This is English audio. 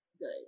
good